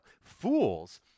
Fools